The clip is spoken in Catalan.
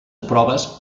proves